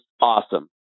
awesome